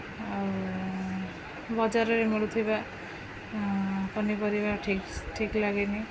ଆଉ ବଜାରରେ ମିଳୁଥିବା ପନିପରିବା ଠିକ୍ ଠିକ୍ ଲାଗେନି